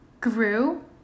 grew